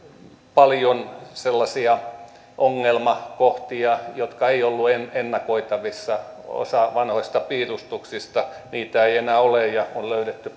paljon sellaisia ongelmakohtia jotka eivät olleet ennakoitavissa osaa vanhoista piirustuksista ei ei enää ole ja on löydetty